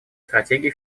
стратегии